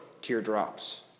teardrops